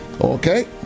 Okay